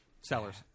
Sellers